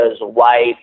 white